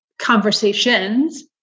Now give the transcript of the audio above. conversations